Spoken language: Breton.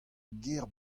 ger